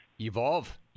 Evolve